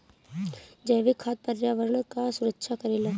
जैविक खाद पर्यावरण कअ सुरक्षा करेला